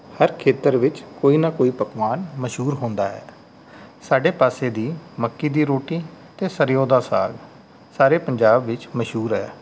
ਹਰ ਖੇਤਰ ਵਿੱਚ ਕੋਈ ਨਾ ਕੋਈ ਪਕਵਾਨ ਮਸ਼ਹੂਰ ਹੁੰਦਾ ਹੈ ਸਾਡੇ ਪਾਸੇ ਦੀ ਮੱਕੀ ਦੀ ਰੋਟੀ ਅਤੇ ਸਰ੍ਹੋਂ ਦਾ ਸਾਗ ਸਾਰੇ ਪੰਜਾਬ ਵਿੱਚ ਮਸ਼ਹੂਰ ਹੈ